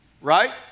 Right